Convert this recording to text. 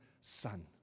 son